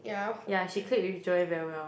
yeah she click with Joanne very well